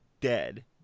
dead